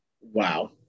Wow